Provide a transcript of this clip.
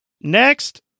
Next